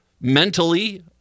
mentally